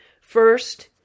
First